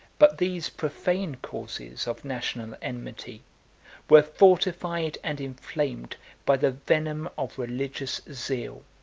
but these profane causes of national enmity were fortified and inflamed by the venom of religious zeal.